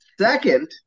Second